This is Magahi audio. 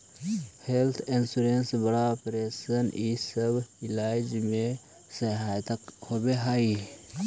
हेल्थ इंश्योरेंस बड़ा ऑपरेशन इ सब इलाज में सहायक होवऽ हई